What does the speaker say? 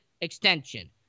extension